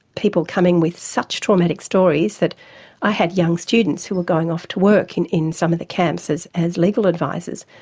people coming with such traumatic stories that i had young students who were going off to work and in some of the camps as as legal advisers.